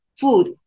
food